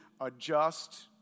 adjust